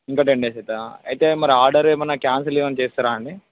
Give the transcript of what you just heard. ఇంకా ten days అవుతుందా అయితే మరి ఆర్డర్ ఏమైనా క్యాన్సిల్ ఏమైనా చేస్తారా అండి